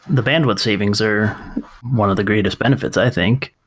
the bandwidth savings are one of the greatest benefits, i think.